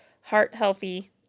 heart-healthy